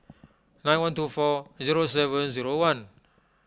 nine one two four zero seven zero one